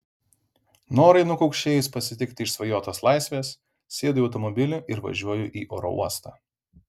norai nukaukšėjus pasitikti išsvajotos laisvės sėdu į automobilį ir važiuoju į oro uostą